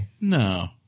No